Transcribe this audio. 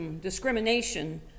discrimination